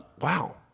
Wow